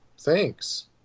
Thanks